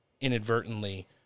inadvertently